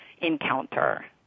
encounter